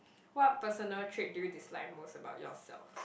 what personal trait do you dislike most about yourself